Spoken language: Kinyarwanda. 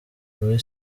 muri